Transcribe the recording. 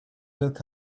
look